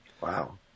Wow